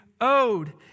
owed